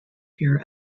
here